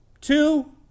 Two